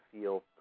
feel